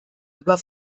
über